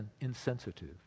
insensitive